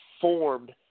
formed